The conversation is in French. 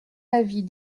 avis